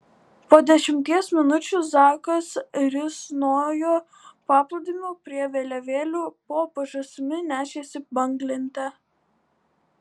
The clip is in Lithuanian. po dešimties minučių zakas risnojo paplūdimiu prie vėliavėlių po pažastimi nešėsi banglentę